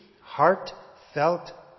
heartfelt